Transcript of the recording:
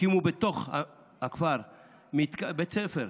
הקימו בתוך הכפר בית ספר,